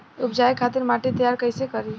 उपजाये खातिर माटी तैयारी कइसे करी?